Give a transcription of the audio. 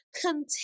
Continue